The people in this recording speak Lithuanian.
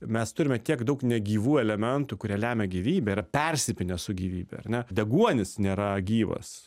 mes turime tiek daug negyvų elementų kurie lemia gyvybę yra persipynę su gyvybe ar ne deguonis nėra gyvas